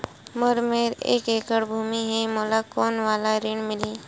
मोर मेर एक एकड़ भुमि हे मोला कोन वाला ऋण मिलही?